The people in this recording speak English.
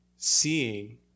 seeing